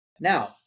Now